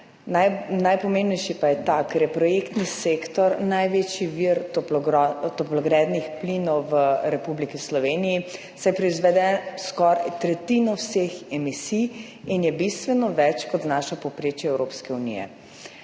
najpomembnejši pa je ta, ker je projektni sektor največji vir toplogrednih plinov v Republiki Sloveniji, saj proizvede skoraj tretjino vseh emisij in je bistveno več, kot znaša povprečje Evropske unije.